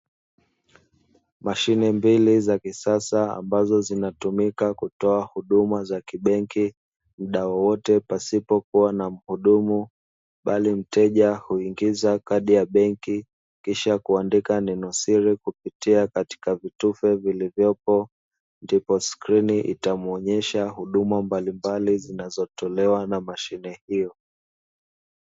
Mashine mbili za kisasa ambazo zinatumika kutoa huduma za kibenki mda wowote, pasipo kuwa na mhudumu; bali mteja huingiza kadi ya benki kisha kuandika neno siri kupitia katika vitufe vilivyopo, ndipo skrini itamuonyesha huduma mbalimbali zinazotolewa na mashine hiyo.